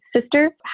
sister